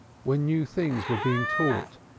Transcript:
where new things were being taught,